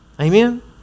Amen